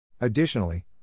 Additionally